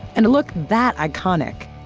and a look that iconic,